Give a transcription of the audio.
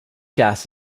gas